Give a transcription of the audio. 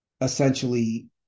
essentially